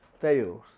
fails